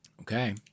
okay